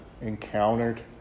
encountered